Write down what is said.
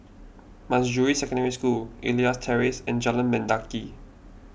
Manjusri Secondary School Elias Terrace and Jalan Mendaki